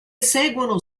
seguono